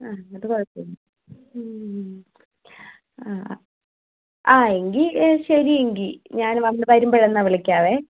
ആ അതു കുഴപ്പം ഇല്ല ആ എങ്കിൽ ശരി എങ്കിൽ ഞാൻ വരുമ്പോൾ എന്നാൽ വിളിക്കാം